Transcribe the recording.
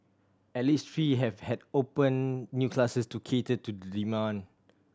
at least three have had open new classes to cater to the demand